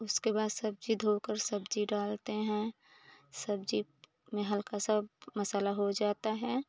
उसके बाद सब्ज़ी धोकर सब्ज़ी डालते हैं सब्ज़ी में हल्का सा मसाला हो जाता है